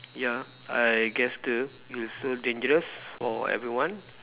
ya I guess the it's so dangerous for everyone